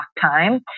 time